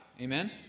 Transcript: Amen